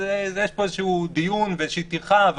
יש בו איזשהו דיון ואיזושהי טרחה,